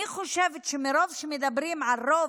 אני חושבת שמרוב שמדברים על רוב,